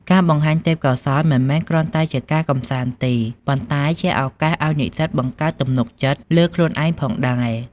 ការបង្ហាញទេពកោសល្យមិនមែនគ្រាន់តែជាការកំសាន្តទេ ប៉ុន្តែជាឱកាសឲ្យនិស្សិតបង្កើតទំនុកចិត្តលើខ្លួនឯងផងដែរ។